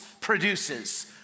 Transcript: produces